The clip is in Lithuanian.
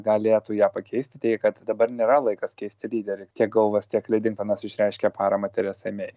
galėtų ją pakeisti teigė kad dabar nėra laikas keisti lyderius tiek gouvas tiek lidingtonas išreiškė paramą teresai mei